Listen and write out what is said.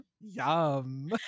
Yum